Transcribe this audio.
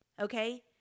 okay